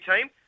team